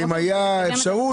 אולי אם הייתה אפשרות,